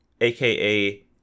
aka